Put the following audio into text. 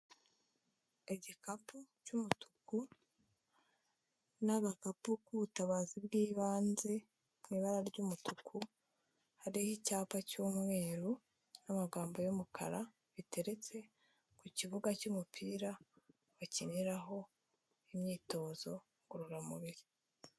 Igikapu cy'umutuku n'agakapu k'ubutabazi bw'ibanze mu ibara ry'umutuku, hariho icyapa cy'umweru n'amagambo y'umukara, biteretse ku kibuga cy'umupira bakiniraho imyitozo ngororamubiri.